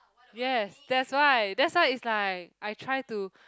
yes that's why that's why is like I try to